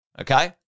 okay